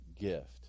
gift